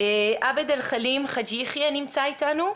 עבד אלחלים חאג' יחיא נמצא איתנו,